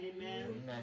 Amen